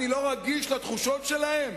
אני לא רגיש לתחושות שלהם?